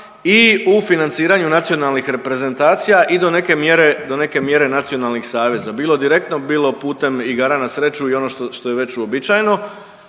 i u financiranju nacionalnih reprezentacija i do neke mjere nacionalnih saveza, bilo direktno, bilo putem igara na sreću i ono što je već uobičajeno,